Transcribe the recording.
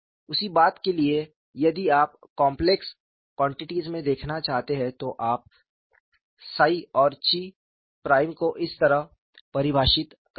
उसी बात के लिए यदि आप कॉम्प्लेक्स क्वान्टिटीज़ में देखना चाहते हैं तो आप साई और ची प्राइम को इस तरह परिभाषित करते हैं